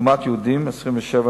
לעומת יהודים, 27.7%,